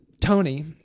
Tony